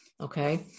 Okay